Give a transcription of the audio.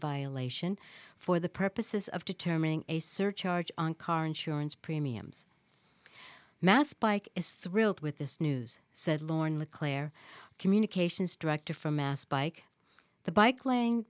violation for the purposes of determining a surcharge on car insurance premiums mass pike is thrilled with this news said lauren le claire communications director for mass bike the bike la